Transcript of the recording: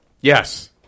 Yes